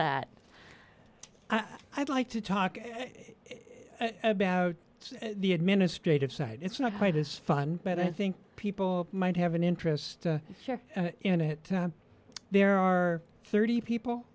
that i'd like to talk about the administrative side it's not quite as fun but i think people might have an interest in it there are thirty people